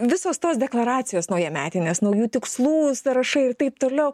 visos tos deklaracijos naujametinės naujų tikslų sąrašai ir taip toliau